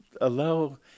allow